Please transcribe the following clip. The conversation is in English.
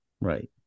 right